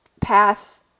pass